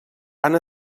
han